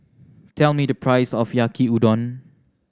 tell me the price of Yaki Udon